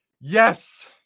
Yes